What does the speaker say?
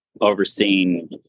overseeing